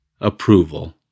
approval